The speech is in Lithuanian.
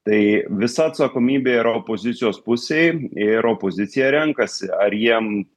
tai visa atsakomybė yra opozicijos pusėj ir opozicija renkasi ar jiem